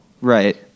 Right